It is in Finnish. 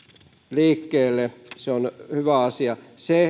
liikkeelle se on hyvä asia